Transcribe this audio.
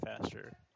faster